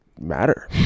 matter